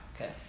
Okay